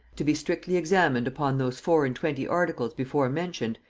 to be strictly examined upon those four and twenty articles before mentioned,